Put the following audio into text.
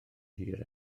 hir